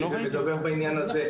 כי זה מדבר בעניין הזה,